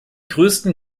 größten